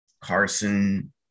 Carson